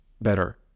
better